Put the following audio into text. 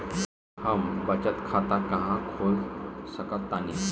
हम बचत खाता कहां खोल सकतानी?